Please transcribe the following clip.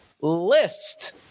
List